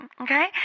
okay